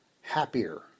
happier